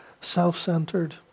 self-centered